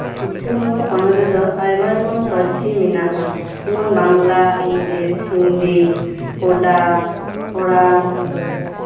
ᱯᱚᱪᱷᱤᱢᱵᱟᱝᱞᱟ ᱯᱚᱱᱚᱛ ᱨᱮᱫᱚ ᱟᱭᱢᱟ ᱞᱮᱠᱟᱱ ᱯᱟᱹᱨᱥᱤ ᱢᱮᱱᱟᱜᱼᱟ ᱡᱮᱢᱚᱱ ᱵᱟᱝᱞᱟ ᱤᱝᱞᱤᱥ ᱦᱤᱱᱫᱤ ᱠᱚᱰᱟ ᱠᱚᱬᱟᱱ